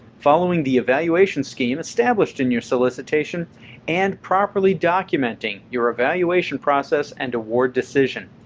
following the evaluation scheme established in your solicitation and properly documenting your evaluation process and award decision.